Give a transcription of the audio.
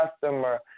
customer